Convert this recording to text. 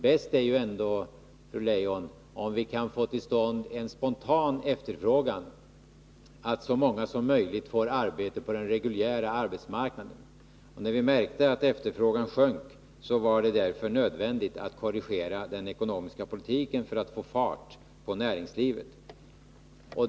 Bäst är ju ändå, fru Leijon, om vi kan få till stånd en spontan efterfrågan, så att så många som möjligt får arbete på den reguljära arbetsmarknaden. Nu när vi märkte att efterfrågan sjönk. så var det nödvändigt att korrigera den ekonomiska politiken för att få fart på näringslivet.